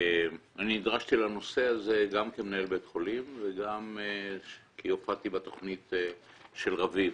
אני נדרשתי לנושא הזה גם כמנהל בית חולים וגם כי הופעתי בתכנית של רביב.